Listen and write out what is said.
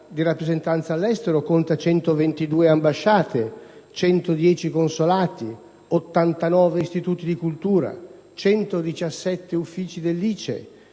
di rappresentanza all'estero conta 122 ambasciate, 110 consolati, 89 istituti di cultura, 117 uffici dell'ICE,